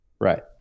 Right